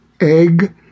egg